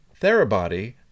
TheraBody